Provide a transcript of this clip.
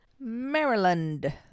Maryland